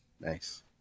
Nice